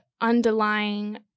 underlying